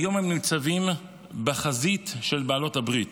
היום הם ניצבים בחזית של בעלות הברית